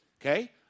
okay